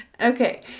Okay